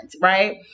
right